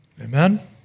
Amen